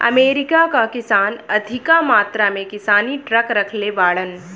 America कअ किसान अधिका मात्रा में किसानी ट्रक रखले बाड़न